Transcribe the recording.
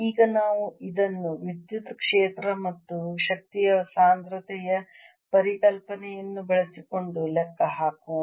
ಈಗ ನಾವು ಇದನ್ನು ವಿದ್ಯುತ್ ಕ್ಷೇತ್ರ ಮತ್ತು ಶಕ್ತಿಯ ಸಾಂದ್ರತೆಯ ಪರಿಕಲ್ಪನೆಯನ್ನು ಬಳಸಿಕೊಂಡು ಲೆಕ್ಕ ಹಾಕೋಣ